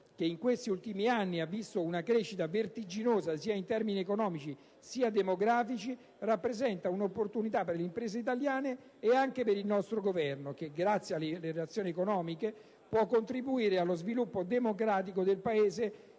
che in questi ultimi anni ha visto una crescita vertiginosa in termini economici e demografici, rappresenta un'opportunità per le imprese italiane e anche per il nostro Governo, che grazie alle relazioni economiche può contribuire allo sviluppo democratico del Paese,